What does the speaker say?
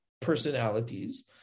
personalities